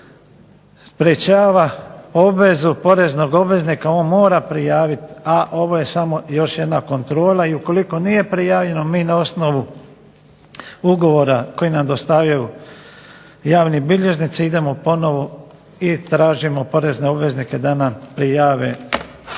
sprečava obvezu poreznog obveznika, on mora prijavit, a ovo je samo još jedna kontrola i ukoliko nije prijavljeno mi na osnovu ugovora koji nam dostavljaju javni bilježnici idemo ponovo i tražimo porezne obveznike da nam prijave porezne